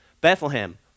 Bethlehem